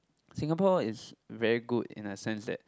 Singapore is very good in a sense that